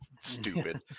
stupid